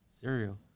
Cereal